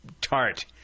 tart